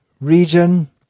region